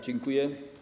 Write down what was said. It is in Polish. Dziękuję.